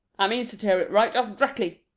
i means to tear it right off dreckly,